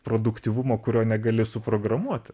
produktyvumo kurio negali suprogramuoti